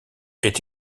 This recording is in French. est